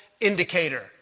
Indicator